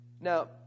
now